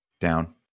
Down